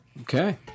Okay